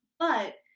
but,